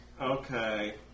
Okay